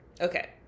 Okay